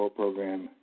program